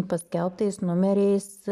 paskelbtais numeriais